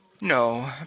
No